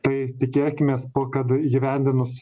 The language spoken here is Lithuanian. tai tikėkimės kad įgyvendinus